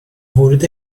ورود